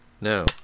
Now